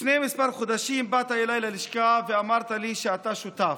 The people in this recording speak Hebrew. לפני כמה חודשים באת אליי ללשכה ואמרת לי שאתה שותף,